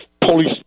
police